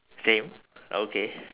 same okay